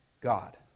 God